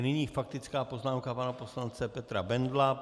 Nyní faktická poznámka pana poslance Petra Bendla.